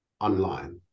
online